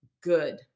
good